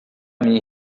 minha